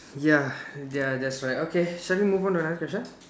ya ya that's right okay shall we move on to another question